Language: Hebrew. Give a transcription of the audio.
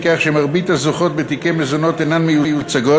מכך שמרבית הזוכות בתיקי מזונות אינן מיוצגות